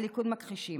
הליכוד מכחישים.